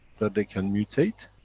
that they can mutate,